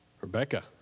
Rebecca